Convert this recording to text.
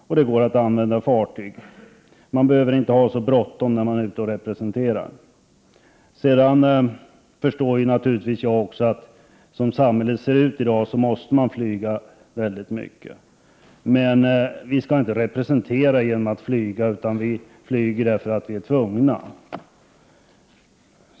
Det går också att använda fartyg. Man behöver inte ha så bråttom när man är ute och representerar. Jag förstår naturligtvis också att man, som samhället ser ut i dag, måste flyga mycket. Men vi skall inte representera genom att flyga, utan vi flyger därför att vi är tvungna. Herr talman!